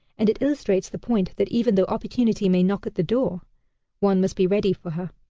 and it illustrates the point that even though opportunity may knock at the door one must be ready for her.